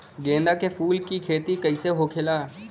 गेंदा के फूल की खेती कैसे होखेला?